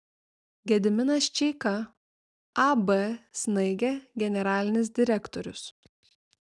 gediminas čeika ab snaigė generalinis direktorius